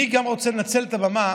אני גם רוצה לנצל את הבמה